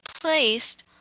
placed